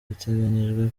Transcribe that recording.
biteganyijwe